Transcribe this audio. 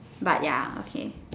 but ya okay